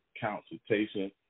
consultation